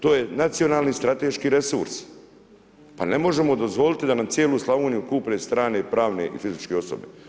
To je nacionalni strateški resurs, pa ne možemo dozvoliti da nam cijelu Slavoniju kupe strane pravne i fizičke osobe.